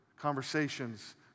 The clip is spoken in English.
conversations